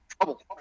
trouble